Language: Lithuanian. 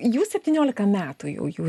jūs septyniolika metų jau jų